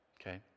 Okay